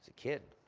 kid.